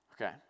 Okay